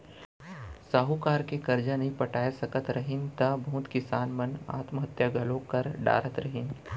साहूकार के करजा नइ पटाय सकत रहिन त बहुत किसान मन आत्म हत्या घलौ कर डारत रहिन